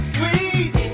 Sweet